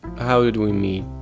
how did we meet,